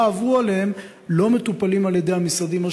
עברו עליהם לא מטופלים על-ידי המשרדים,